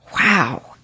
Wow